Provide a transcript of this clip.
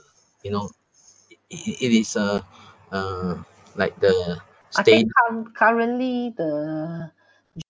you know it it it is uh uh like the